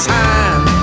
time